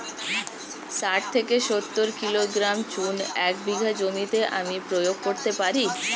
শাঠ থেকে সত্তর কিলোগ্রাম চুন এক বিঘা জমিতে আমি প্রয়োগ করতে পারি?